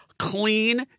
Clean